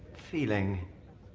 feeling,